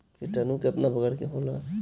किटानु केतना प्रकार के होला?